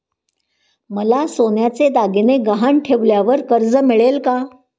मला सोन्याचे दागिने गहाण ठेवल्यावर कर्ज मिळेल का?